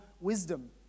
wisdom